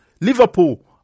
Liverpool